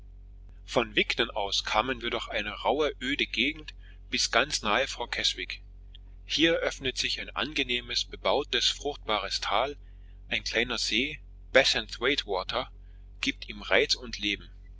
von wigton aus kamen wir durch eine rauhe öde gegend bis ganz nahe vor keswick hier öffnet sich ein angenehmes bebautes fruchtbares tal ein kleiner see bassenthwaitewater gibt ihm reiz und leben